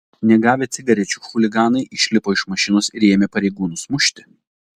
negavę cigarečių chuliganai išlipo iš mašinos ir ėmė pareigūnus mušti